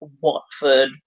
Watford